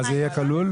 אז זה יהיה כלול?